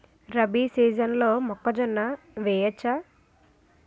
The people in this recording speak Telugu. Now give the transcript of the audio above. రబీ సీజన్లో మొక్కజొన్న వెయ్యచ్చా?